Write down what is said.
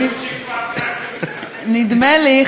נדמה לי,